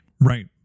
right